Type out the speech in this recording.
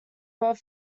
word